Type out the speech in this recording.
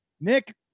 Nick